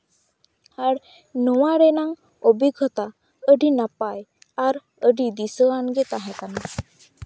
ᱟᱨ ᱱᱚᱣᱟ ᱨᱮᱱᱟᱝ ᱚᱵᱷᱤᱜᱽᱜᱚᱛᱟ ᱟᱹᱰᱤ ᱱᱟᱯᱟᱭ ᱟᱨ ᱟᱹᱰᱤ ᱫᱤᱥᱟᱹᱣᱟᱱ ᱜᱮ ᱛᱟᱦᱮᱸ ᱠᱟᱱᱟ